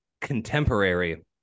contemporary